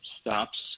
stops